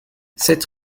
sept